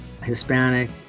Hispanic